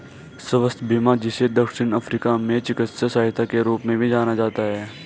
स्वास्थ्य बीमा जिसे दक्षिण अफ्रीका में चिकित्सा सहायता के रूप में भी जाना जाता है